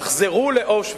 תחזרו לאושוויץ.